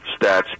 stats